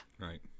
right